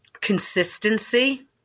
Consistency